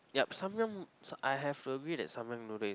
yup Samyang I have agree that Samyang noodle is